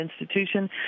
institution